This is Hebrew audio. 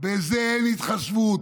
בזה אין התחשבות.